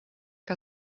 que